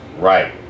Right